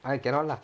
!huh! cannot lah